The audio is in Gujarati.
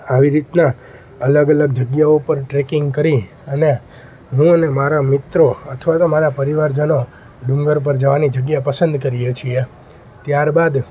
આવી રીતના અલગ અલગ જગ્યાઓ પર ટ્રેકિંગ કરી અને હું અને મારા મિત્રો અથવા તો મારા પરિવારજનો ડુંગર પર જવાની જગ્યા પસંદ કરીએ છીએ ત્યારબાદ